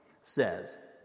says